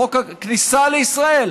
חוק הכניסה לישראל,